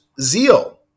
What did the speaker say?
zeal